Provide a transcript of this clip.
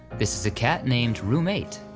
this is a cat named room eight,